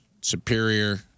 Superior